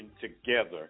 together